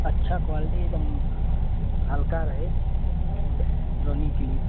अच्छी क्वालटी एक दम हल्का रहे रनिंग के लिए